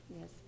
Yes